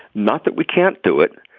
not that we can't do it.